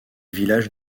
villages